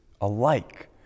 alike